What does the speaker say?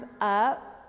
up